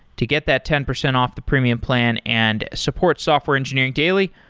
to get that ten percent off the premium plan and support software engineering daily,